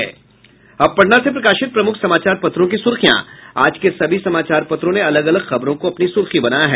अब पटना से प्रकाशित प्रमुख समाचार पत्रों की सुर्खियां आज के सभी समाचार पत्रों ने अलग अलग खबरों को अपनी सुर्खी बनायी है